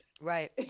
right